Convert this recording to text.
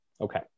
Okay